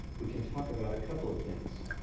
we can talk about a couple of things.